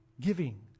giving